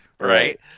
Right